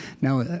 Now